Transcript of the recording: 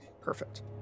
perfect